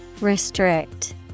Restrict